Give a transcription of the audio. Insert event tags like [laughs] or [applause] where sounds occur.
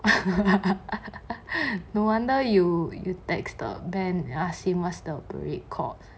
[laughs] no wonder you you text the ben and ask him what's the parade called